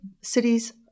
cities